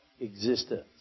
existence